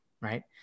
Right